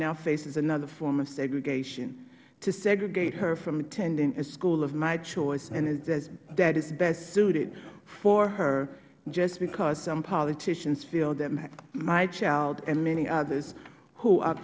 now faces another form of segregation to segregate her from attending a school of my choice and that is best suited for her just because some politicians feel that my child and many others who are